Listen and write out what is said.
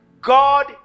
God